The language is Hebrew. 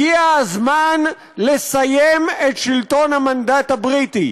הגיע הזמן לסיים את שלטון המנדט הבריטי.